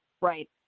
Right